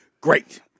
great